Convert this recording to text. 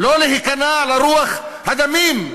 לא להיכנע לרוח הדמים,